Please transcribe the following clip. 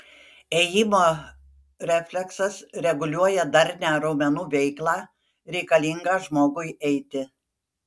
ėjimo refleksas reguliuoja darnią raumenų veiklą reikalingą žmogui eiti